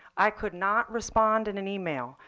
i could not respond in an email.